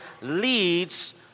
leads